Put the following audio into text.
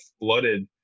flooded